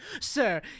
Sir